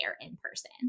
in-person